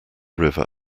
river